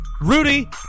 Rudy